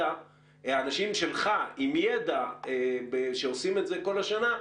אנשים שלך עם ידע שעושים את זה כל השנה,